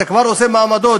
אתה כבר עושה מעמדות.